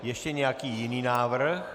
Ještě nějaký jiný návrh?